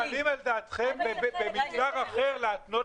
רם בן ברק (יש עתיד תל"ם): --- להתנות